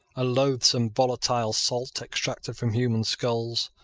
a loathsome volatile salt, extracted from human skulls,